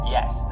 Yes